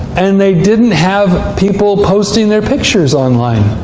and they didn't have people posting their pictures online.